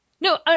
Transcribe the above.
No